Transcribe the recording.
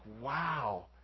wow